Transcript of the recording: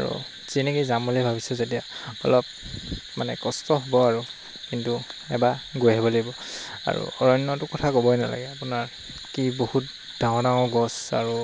আৰু যেনেকৈ যাম বুলি ভাবিছোঁ যেতিয়া অলপ মানে কষ্ট হ'ব আৰু কিন্তু এবাৰ গৈ আহিব লাগিব আৰু অৰণ্যটো কথা ক'বই নালাগে আপোনাৰ কি বহুত ডাঙৰ ডাঙৰ গছ আৰু